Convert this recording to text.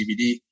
CBD